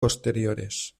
posteriores